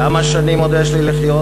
כמה שנים עוד יש לי לחיות?